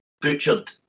butchered